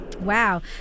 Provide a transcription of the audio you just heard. Wow